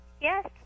Yes